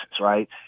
right